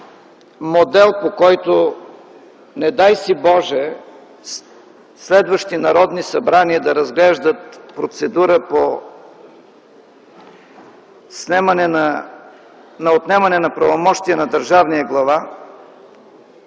модел, по който – не дай си Боже – следващи народни събрания да разглеждат процедура по отнемане на правомощия на държавния глава,